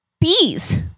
bees